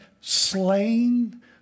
Slain